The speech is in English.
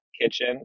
kitchen